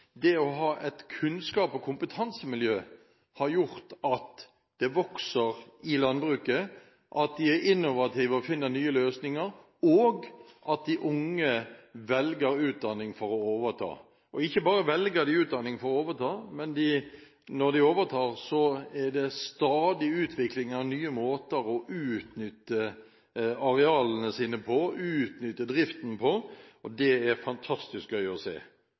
det vokser i landbruket – at man er innovativ og finner nye løsninger, og at de unge velger utdanning for å kunne overta. Ikke bare velger de utdanning for å kunne overta, men når de overtar, er det stadig utvikling av nye måter å utnytte arealene og driften på – og det er fantastisk gøy å se.